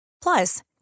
Plus